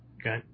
Okay